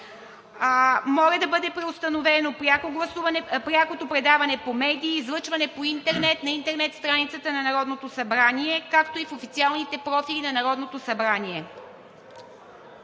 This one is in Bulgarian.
Моля да бъде преустановено прякото предаване по медиите, излъчване по интернет, на интернет страницата на Народното събрание, както и в официалните профили на Народното събрание.